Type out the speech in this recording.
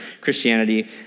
Christianity